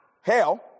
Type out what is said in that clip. hell